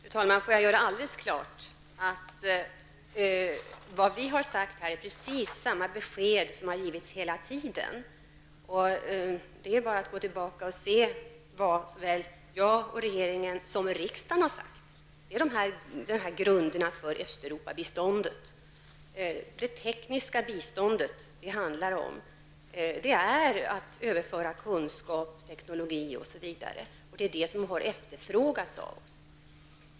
Fru talman! Låt mig göra alldeles klart att det besked vi har givit är precis detsamma som har givits hela tiden. Det är bara att gå tillbaka och se vad såväl jag och regeringen som riksdagen har sagt i denna fråga. Det rör sig om grunderna för Östeuropabiståndet, det tekniska biståndet, och det handlar om att överföra kunskap, teknologi, osv., och det är det som har efterfrågats av oss.